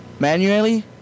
manually